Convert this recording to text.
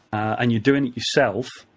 and you're doing it yourself,